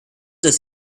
does